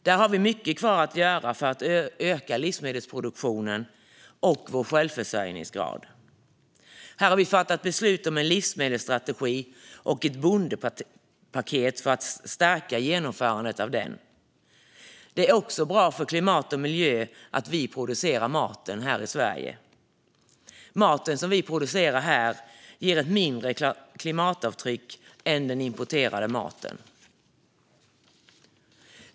Där har vi mycket kvar att göra för att öka livsmedelsproduktionen och vår självförsörjningsgrad. Här har vi fattat beslut om en livsmedelsstrategi och ett bondepaket för att stärka genomförandet av den. Det är också bra för klimat och miljö att vi producerar maten här i Sverige. Maten vi producerar här ger ett mindre klimatavtryck än den importerade maten.